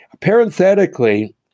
Parenthetically